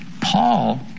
Paul